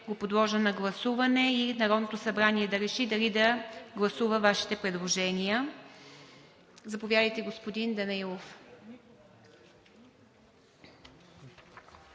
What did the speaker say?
го подложа на гласуване и Народното събрание да реши дали да гласува Вашите предложения. Заповядайте, господин Данаилов.